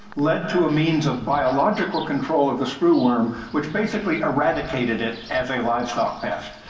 led to a means of biological control of the screw worm, which basically eradicated it as a livestock pass.